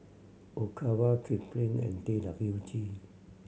Ogawa Kipling and T W G